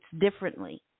differently